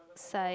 side